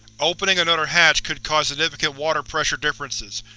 opening another hatch could cause significant water pressure differences,